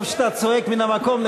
טוב שאתה צועק מן המקום,